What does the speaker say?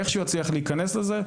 איך שהוא יצליח להיכנס לזה.